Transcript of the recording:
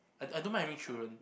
I I don't mind having children